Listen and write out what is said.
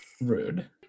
Rude